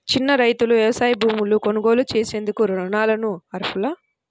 చిన్న రైతులు వ్యవసాయ భూములు కొనుగోలు చేసేందుకు రుణాలకు అర్హులా?